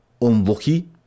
unlucky